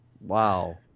Wow